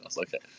Okay